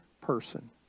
person